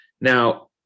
Now